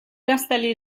installé